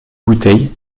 bouteille